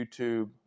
YouTube